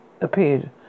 appeared